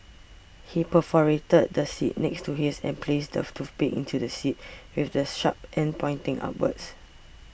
he perforated the seat next to his and placed the toothpicks into the seat with the sharp ends pointing upwards